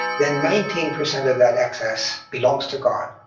then nineteen percent of that excess belongs to god.